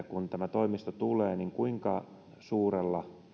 kun tämä toimisto tulee kuinka suurella